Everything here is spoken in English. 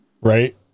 right